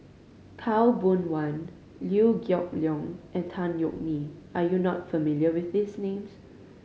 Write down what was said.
Khaw Boon Wan Liew Geok Leong and Tan Yeok Nee are you not familiar with these names